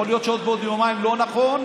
יכול להיות שבעוד יומיים לא נכון,